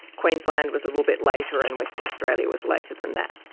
queensland was a little bit later, and western australia was later than that.